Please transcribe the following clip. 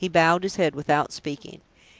he bowed his head without speaking.